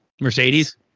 Mercedes